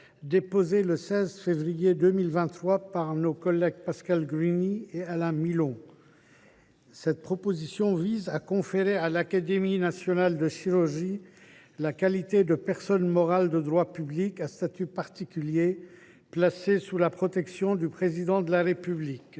déposée le 16 février 2023 par nos collègues Pascale Gruny et Alain Milon, qui vise à conférer à l’Académie nationale de chirurgie la qualité de personne morale de droit public à statut particulier, placée sous la protection du Président de la République.